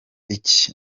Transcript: iki